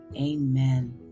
amen